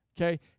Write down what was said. okay